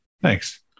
Thanks